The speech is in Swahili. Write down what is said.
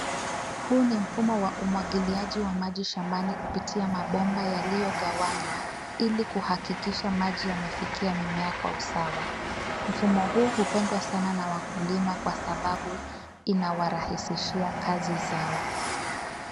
Huu ni mfumo wa umwagiliaji wa maji shambani kupitia mabomba yaliyogawanywa, ili kuhakikisha maji yamefikia mimea kwa usawa. Mfumo huu hupendwa sana na wakulima kwa sababu inawarahisishia kazi zao.